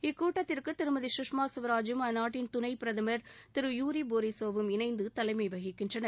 இக்கூட்டத்திற்கு திருமதி சுஷ்மா ஸ்வராஜூம் அந்நாட்டின் துணை பிரதமர் திரு யூரிபோரிசோவும் இணைந்து தலைமை வகிக்கின்றனர்